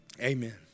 Amen